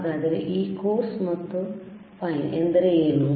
ಹಾಗಾದರೆ ಈ ಕೋರ್ಸ್ ಮತ್ತು ಫೈನ್ ಎಂದರೆ ಏನು